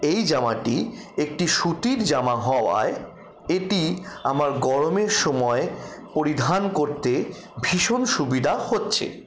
এই জামাটি একটি সুতির জামা হওয়ায় এটি আমার গরমের সময় পরিধান করতে ভীষণ সুবিধা হচ্ছে